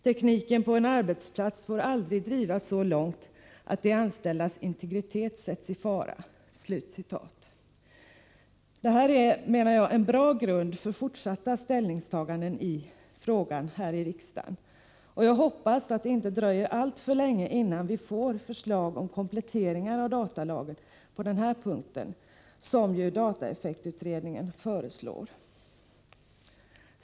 Tekniken på en arbetsplats får aldrig drivas så långt att de anställdas integritet sätts i fara.” Det här är en bra grund för fortsatta ställningstaganden i frågan här i riksdagen. Jag hoppas att det inte dröjer alltför länge innan vi får förslag om kompletteringar av datalagen på denna punkt, som ju dataeffektutredningen föreslår.